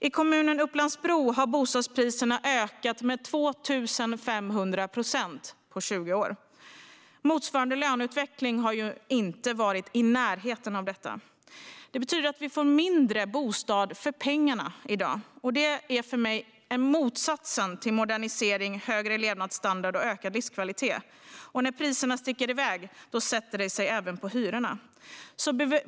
I kommunen Upplands-Bro har bostadspriserna ökat med 2 500 procent på 20 år. Löneutvecklingen under motsvarande tid har inte varit i närheten av detta. Det betyder att vi får mindre bostad för pengarna i dag. Det är för mig motsatsen till modernisering, högre levnadsstandard och ökad livskvalitet. När priserna sticker iväg sätter det sig även på hyrorna.